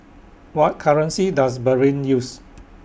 What currency Does Bahrain use